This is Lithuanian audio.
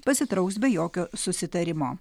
pasitrauks be jokio susitarimo